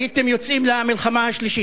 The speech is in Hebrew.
הייתם יוצאים למלחמה השלישית.